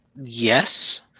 yes